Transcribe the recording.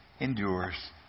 endures